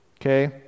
Okay